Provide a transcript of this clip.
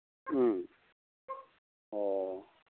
ꯎꯝ ꯑꯣ